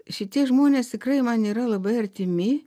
šitie žmonės tikrai man yra labai artimi